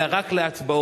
אלא רק להצבעות.